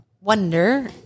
wonder